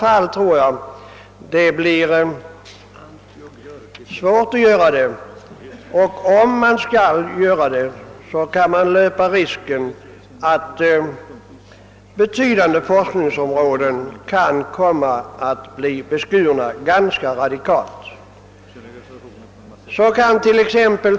Svårigheter kommer i många fall att uppkomma, och om en sådan avgränsning genomförs kan man löpa risken att betydande forskningsområden blir ganska radikalt beskurna.